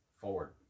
forward